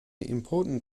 important